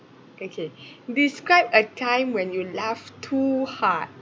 okay describe a time when you laughed too hard